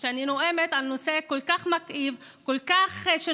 שאני נואמת על נושא כל כך מכאיב, שנוגע,